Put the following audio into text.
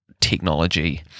technology